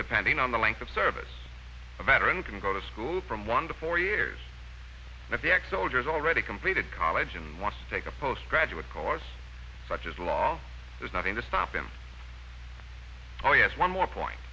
depending on the length of service a veteran can go to school from one to four years at the xcel gers already completed college and want to take a post graduate course such as law there's nothing to stop him oh yes one more point